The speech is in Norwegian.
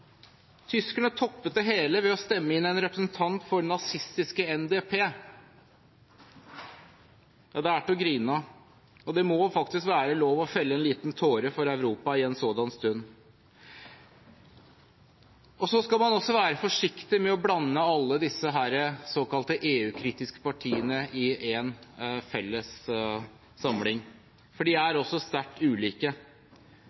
Tyskerne toppet det hele ved å stemme inn en representant for nazistiske NPD. Det er til å grine av, og det må faktisk være lov å felle en liten tåre for Europa i en sådan stund. Men man skal være forsiktig med å blande alle disse såkalte EU-kritiske partiene i én felles samling, for de er